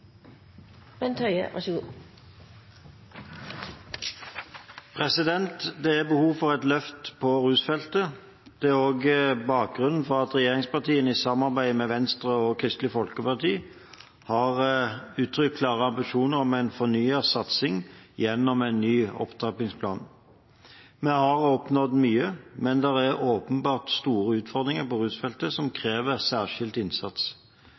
behov for et løft på rusfeltet. Dette er også bakgrunnen for at regjeringspartiene i samarbeid med Venstre og Kristelig Folkeparti har uttrykt klare ambisjoner om en fornyet satsing gjennom en ny opptrappingsplan. Vi har oppnådd mye, men det er åpenbart store utfordringer på rusfeltet som krever særskilt innsats.